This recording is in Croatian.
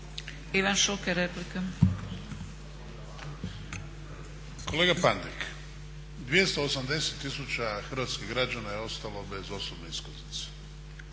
Ivan (HDZ)** Kolega Pandek, 280 tisuća hrvatskih građana je ostalo bez osobne iskaznice.